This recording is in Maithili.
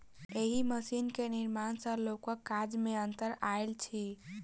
एहि मशीन के निर्माण सॅ लोकक काज मे अन्तर आयल अछि